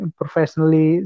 professionally